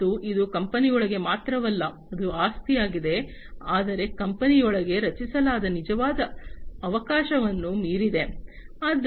ಮತ್ತು ಇದು ಕಂಪನಿಯೊಳಗೆ ಮಾತ್ರವಲ್ಲ ಅದು ಆಸ್ತಿಯಾಗಿದೆ ಆದರೆ ಕಂಪನಿಯೊಳಗೆ ರಚಿಸಲಾದ ನಿಜವಾದ ಅವಕಾಶವನ್ನು ಮೀರಿದೆ